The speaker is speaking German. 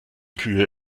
kühe